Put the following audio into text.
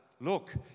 look